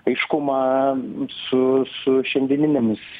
aiškumą su su šiandieninėmis